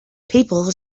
people